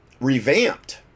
revamped